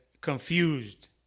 confused